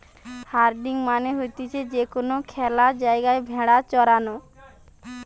herding মানে হতিছে যে কোনো খ্যালা জায়গায় ভেড়া চরানো